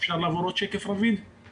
אני